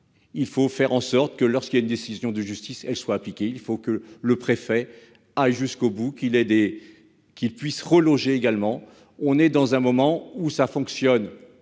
Il faut faire en sorte que lorsqu'il y a une décision de justice elle soit appliquée. Il faut que le préfet a jusqu'au bout qu'il ait, dès qu'il puisse reloger également, on est dans un moment où ça fonctionne,